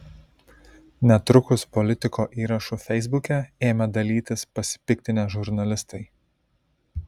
netrukus politiko įrašu feisbuke ėmė dalytis pasipiktinę žurnalistai